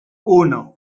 uno